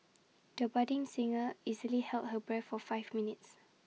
the budding singer easily held her breath for five minutes